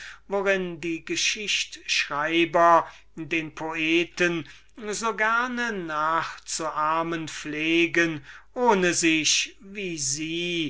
worin die geschichtschreiber den poeten so gerne nachzuahmen pflegen ohne sich wie sie